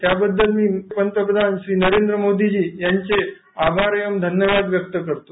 त्याबद्दल मी पंतप्रधान श्री नरेंद्र मोदीजी यांचे आभार एवंम धन्यवाद व्यक्त करतो